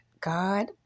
God